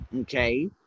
okay